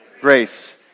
Grace